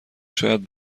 شاید